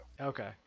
Okay